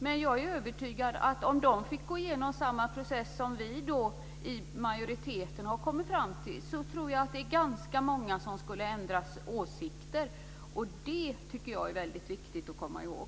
Men jag är övertygad om att om de fick gå igenom samma process som vi i majoriteten har gjort, tror jag att ganska många skulle ändra åsikt. Det tycker jag är väldigt viktigt att komma ihåg.